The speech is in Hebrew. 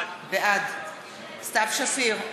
בעד סתיו שפיר,